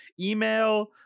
email